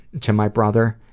to my brother,